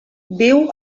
viu